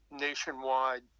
nationwide